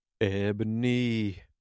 Ebony